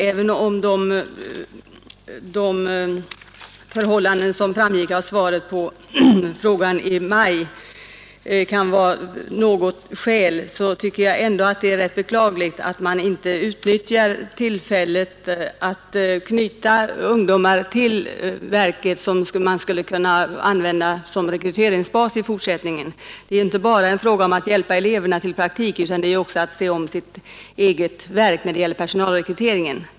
Även om de förhållanden som framgick av svaret på frågan i maj kan vara något skäl, så tycker jag ändå att det är rätt beklagligt att man inte utnyttjar tillfället att knyta ungdomar till verket som en rekryteringsbas i fortsättningen. Det är ju inte bara en fråga om att hjälpa eleverna till praktik utan också att se om det egna verket när det gäller personalrekryteringen.